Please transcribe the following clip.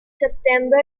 september